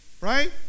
Right